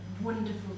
wonderful